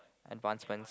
advancements